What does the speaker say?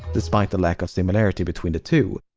despite the lack of similarity between the two.